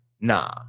nah